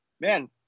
man